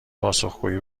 پاسخگویی